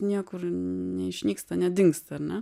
niekur neišnyksta nedingsta ar ne